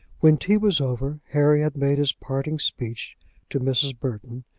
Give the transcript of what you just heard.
when tea was over, harry had made his parting speech to mrs. burton,